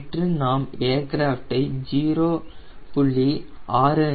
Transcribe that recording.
நேற்று நாம் ஏர்கிராஃப்டை 0